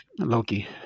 Loki